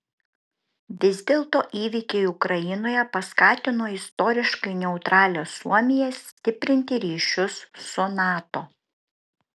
vis dėlto įvykiai ukrainoje paskatino istoriškai neutralią suomiją stiprinti ryšius su nato